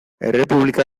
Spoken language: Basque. errepublika